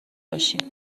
باشیم